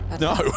No